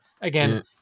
Again